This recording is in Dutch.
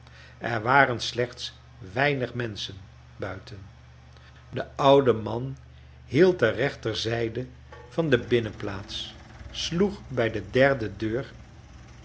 er waren slechts weinig mens c hen buiten de oude i man hield de rechter zijde van de binnenplaats sloeg bij de derde deur